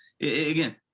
again